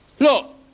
Look